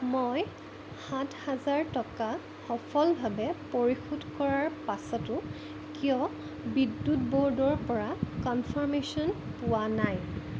মই সাত হাজাৰ টকা সফলভাৱে পৰিশোধ কৰাৰ পাছতো কিয় বিদ্যুৎ ব'ৰ্ডৰপৰা কনফাৰ্মেশ্য়ন পোৱা নাই